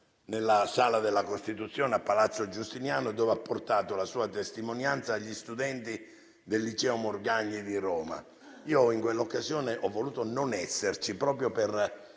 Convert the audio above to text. nella Sala della Costituzione a Palazzo Giustiniani, dove ha portato la sua testimonianza agli studenti del liceo «Morgagni» di Roma. In quell'occasione ho voluto non esserci proprio per